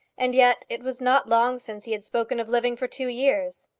and yet it was not long since he had spoken of living for two years.